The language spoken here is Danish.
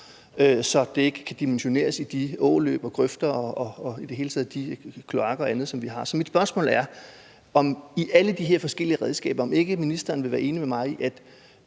at det ikke kan dimensioneres i de her åløb og grøfter og i det hele taget i de kloakker og andet, som vi har. Så i forhold til alle de her forskellige redskaber er mit spørgsmål: Vil ministeren ikke være enig med mig i, at